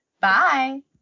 Bye